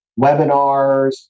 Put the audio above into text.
webinars